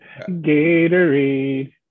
Gatorade